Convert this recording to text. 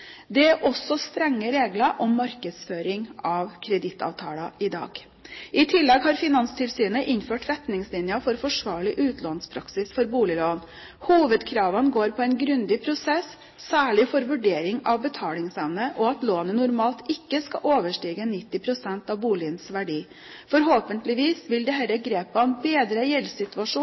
Det er også strenge regler om markedsføring av kredittavtaler i dag. I tillegg har Finanstilsynet innført retningslinjer for forsvarlig utlånspraksis for boliglån. Hovedkravene går på en grundig prosess, særlig for vurdering av betalingsevne, og lånet skal normalt ikke overstige 90 pst. av boligens verdi. Forhåpentligvis vil